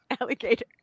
alligator